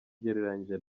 ugereranyije